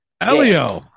Elio